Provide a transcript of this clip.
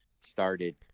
started